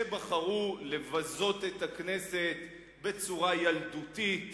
שבחרו לבזות את הכנסת בצורה ילדותית,